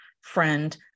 friend